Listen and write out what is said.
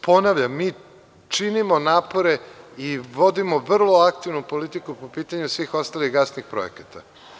Ponavljam, mi činimo napore i vodimo vrlo aktivnu politiku po pitanju svih ostalih gasnih projekata.